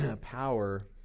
power